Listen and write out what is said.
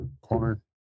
corn